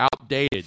outdated